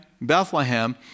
Bethlehem